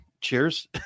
cheers